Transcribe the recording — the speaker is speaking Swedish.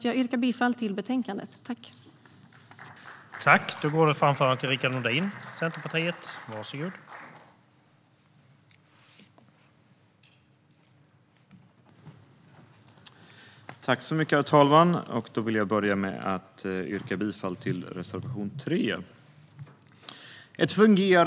Jag yrkar bifall till utskottets förslag i betänkandet.